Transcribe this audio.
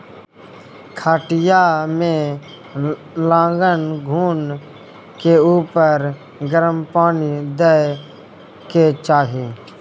खटिया मे लागल घून के उपर गरम पानि दय के चाही